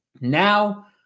Now